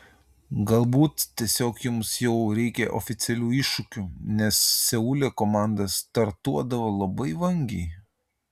galbūt tiesiog jums jau reikia oficialių iššūkių nes seule komanda startuodavo labai vangiai